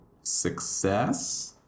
success